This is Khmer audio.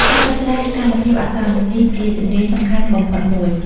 ការដោះស្រាយស្ថានភាពអាសន្ន នេះជាជំនាញសំខាន់បំផុតមួយ។